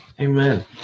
Amen